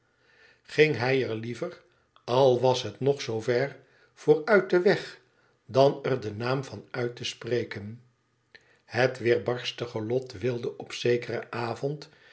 ging hij er liever al was het nog zoo ver voor uit den weg dan er den naam van uit te spreken het weerbarstige lot wilde op zekeren avond